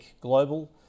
Global